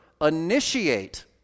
initiate